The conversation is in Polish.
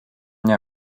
nie